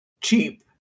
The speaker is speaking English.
cheap